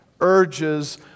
urges